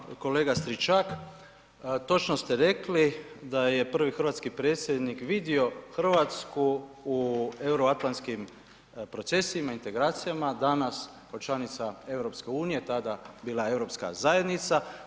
Hvala vam kolega Stričak, točno ste rekli da je prvi hrvatski predsjednik vidio Hrvatsku u euroatlanskim procesima, integracijama, danas ko članica EU, tada bila Europska zajednica.